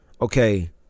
Okay